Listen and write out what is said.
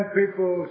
people